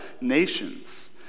nations